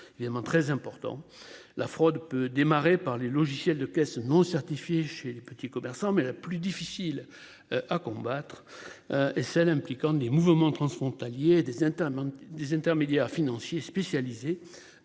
La fraude peut démarrer par les logiciels de caisse non-certifiée chez les petits commerçants mais la plus difficile à combattre. Et celle impliquant des mouvements transfrontaliers des internes, des intermédiaires financiers spécialisés